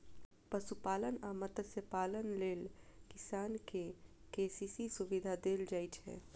पशुपालन आ मत्स्यपालन लेल किसान कें के.सी.सी सुविधा देल जाइ छै